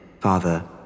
Father